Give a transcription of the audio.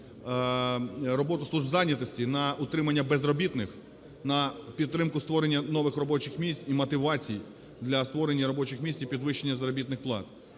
роботу служб зайнятості на утримання безробітних, на підтримку створення нових робочих місць і мотивацію для створення робочих місць і підвищення заробітних плат.